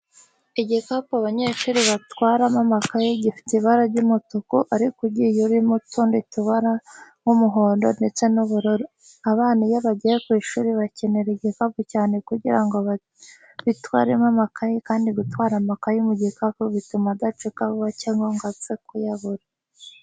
Igikapu abanyeshuri batwaramo amakayi gifite ibara ry'umutuku ariko ugiye urimo utundi tubara nk'umuhondo ndetse n'ubururu. Abana iyo bagiye ku ishuri bakenera ibikapu cyane kugira ngo babitwaremo amakayi kandi gutwara amakayi mu gikapu bituma adacika vuba cyangwa ngo bapfe kuyabura.